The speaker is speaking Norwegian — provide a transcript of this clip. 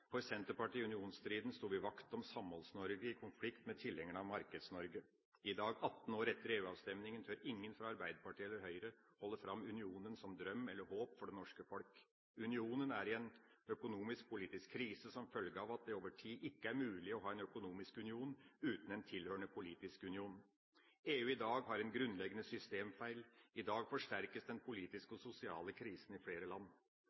I unionsstriden sto vi i Senterpartiet vakt om samholds-Norge i konflikt med tilhengerne av markeds-Norge. I dag, 18 år etter EU-avstemningen, tør ingen fra Arbeiderpartiet eller Høyre holde fram unionen som drøm eller håp for det norske folk. Unionen er i en økonomisk, politisk krise som følge av at det over tid ikke er mulig å ha en økonomisk union uten en tilhørende politisk union. EU i dag har en grunnleggende systemfeil. I dag forsterkes den politiske og sosiale krisen i flere land.